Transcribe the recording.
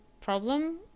problem